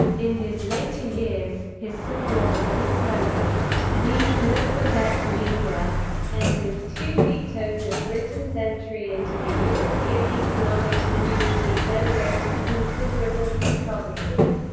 in his later years, his support for the slogan vive le quebec libre and his two vetoes of britain's entry into the european economic community generated considerable controversy.